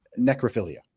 necrophilia